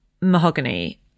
mahogany